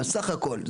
סך הכל.